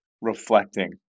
reflecting